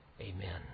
Amen